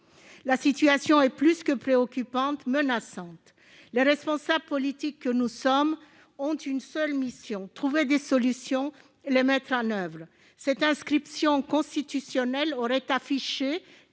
La situation est plus que préoccupante, menaçante, et les responsables politiques que nous sommes ont une seule mission : trouver des solutions et les mettre en oeuvre. Cette inscription constitutionnelle aurait permis